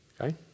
Okay